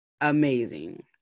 amazing